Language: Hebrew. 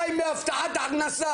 חי מאבטחת הכנסה,